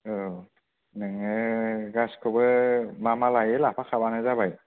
औ नोङो गासिखौबो मा मा लायो लाफाखाबानो जाबाय